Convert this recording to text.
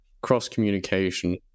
cross-communication